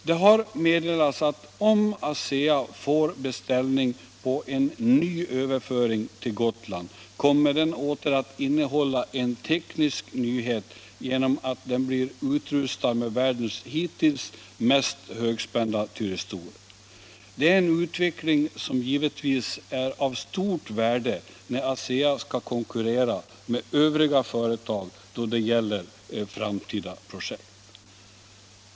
Det har meddelats att om ASEA får beställning på en ny överföring till Gotland, kommer den åter att innehålla en teknisk nyhet genom att den blir utrustad med världens hittills mest högspända tyristorer. Det är en utveckling som givetvis är av stort värde, när ASEA skall konkurrera med övriga företag då det gäller framtida projekt.